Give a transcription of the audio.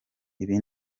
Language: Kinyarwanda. ibi